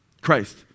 Christ